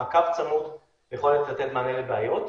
מעקב צמוד ויכולת לתת מענה לבעיות.